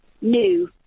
New